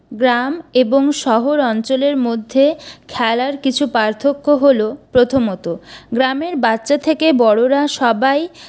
গ্রাম এবং শহর অঞ্চলের মধ্যে খেলার কিছু পার্থক্য হল প্রথমত গ্রামের বাচ্চা থেকে বড়োরা সবাই